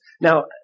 Now